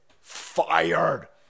Fired